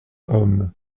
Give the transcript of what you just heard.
homme